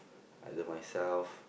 I love myself